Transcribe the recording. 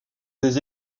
des